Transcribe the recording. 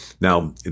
Now